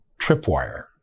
tripwire